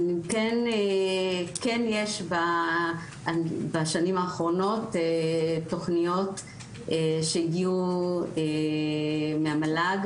כן יש בשנים האחרונות תוכניות שהגיעו מהמל"ג